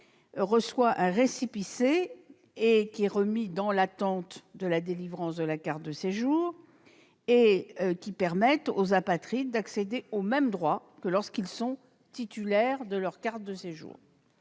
reçoit un récépissé, qui est remis dans l'attente de la délivrance de la carte de séjour et qui permet aux apatrides d'accéder aux mêmes droits que lorsqu'ils sont titulaires de cette carte.